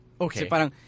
okay